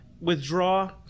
withdraw